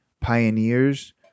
pioneers